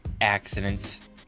accidents